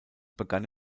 begann